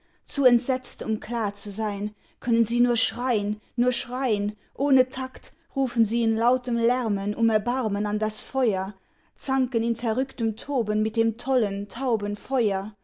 zu entsetzt um klar zu sein können sie nur schrein nur schrein ohne takt rufen sie in lautem lärmen um erbarmen an das feuer zanken in verrücktem toben mit dem tollen tauben feuer